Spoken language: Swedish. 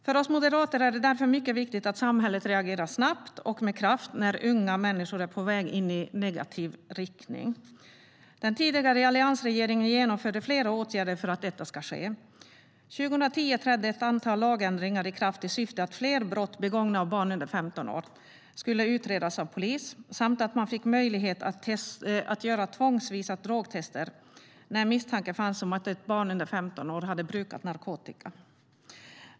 För oss moderater är det därför mycket viktigt att samhället reagerar snabbt och med kraft när unga människor är på väg i en negativ riktning. Den tidigare alliansregeringen genomförde flera åtgärder för att detta ska ske. År 2010 trädde ett antal lagändringar i kraft i syfte att fler brott begångna av barn under 15 år skulle utredas av polis samt att man fick möjlighet att göra tvångsvisa drogtester när misstanke fanns om att ett barn under 15 år hade brukat narkotika.